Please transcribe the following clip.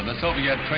ah soviet